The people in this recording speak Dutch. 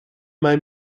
mijn